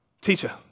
Teacher